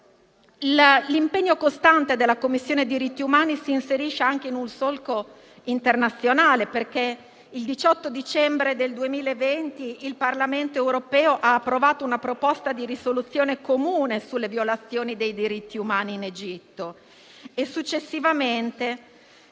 L'impegno costante della Commissione per i diritti umani si inserisce anche in un solco internazionale, perché il 18 dicembre 2020 il Parlamento europeo ha approvato una proposta di risoluzione comune sulle violazioni dei diritti umani in Egitto e successivamente